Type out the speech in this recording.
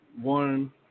One